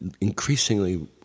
increasingly